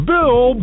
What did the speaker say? Bill